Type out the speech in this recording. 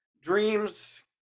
dreams